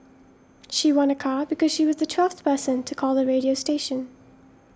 she won a car because she was the twelfth person to call the radio station